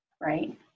Right